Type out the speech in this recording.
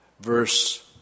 verse